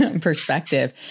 perspective